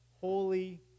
holy